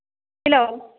hello